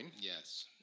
Yes